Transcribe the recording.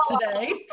today